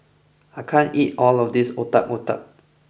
I can't eat all of this Otak Otak